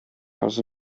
cows